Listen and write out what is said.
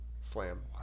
Slam